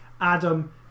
adam